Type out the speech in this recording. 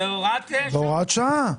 בהוראת שעה.